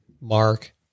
Mark